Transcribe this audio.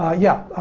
ah yeah,